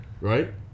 right